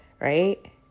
Right